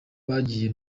bagiye